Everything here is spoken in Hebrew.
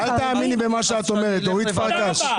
אל תאמיני במה שאת אומרת, אורית פרקש.